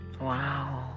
Wow